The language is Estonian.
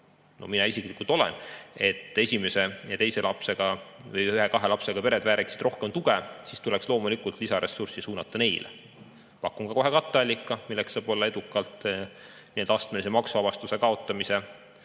mina isiklikult olen –, et ühe ja kahe lapsega pered vääriksid rohkem tuge, siis tuleks loomulikult lisaressurssi suunata neile. Pakun kohe ka katteallika, milleks saab olla edukalt nii-öelda astmelise maksuvabastuse kaotamise